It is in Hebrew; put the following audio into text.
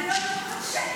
אני לא הייתי לוקחת שקל